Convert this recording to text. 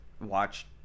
watch